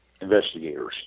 investigators